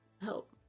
help